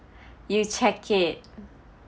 you check it